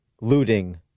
looting